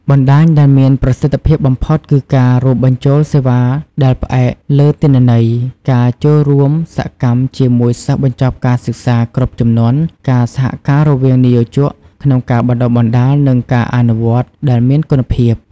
បណ្ដាញដែលមានប្រសិទ្ធភាពបំផុត គឺការរួមបញ្ចូលសេវាដែលផ្អែកលើទិន្នន័យ ការចូលរួមសកម្មជាមួយសិស្សបញ្ចប់ការសិក្សាគ្រប់ជំនាន់ ការសហការរវាងនិយោជកក្នុងការបណ្តុះបណ្តាល និងការអនុវត្តដែលមានគុណភាព។